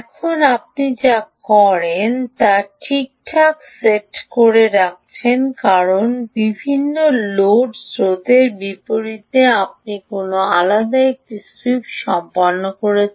এখন আপনি যা করেন তা ঠিকঠাক সেট করে রাখছেন কারণ বিভিন্ন লোড স্রোতের বিপরীতে আপনি কোনও আলাদা একটি সুইপ সম্পন্ন করেছেন